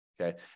okay